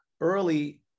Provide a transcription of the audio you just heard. early